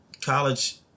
college